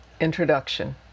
Introduction